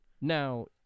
Now